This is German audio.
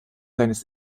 seines